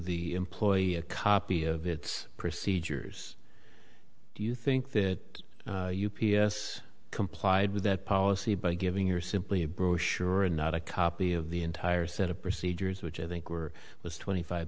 the employee a copy of its procedures do you think that u p s complied with that policy by giving your simply a brochure and not a copy of the entire set of procedures which i think were was twenty five